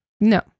No